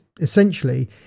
essentially